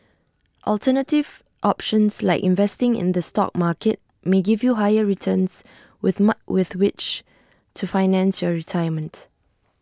alternative options like investing in the stock market may give you higher returns with ma with which to finance your retirement